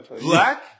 black